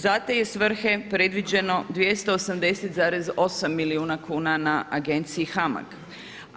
Za te je svrhe predviđeno 280,8 milijuna kuna na Agenciji HAMAG